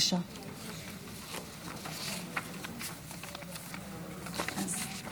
התשפ"ד 2023, אושרה